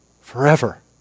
forever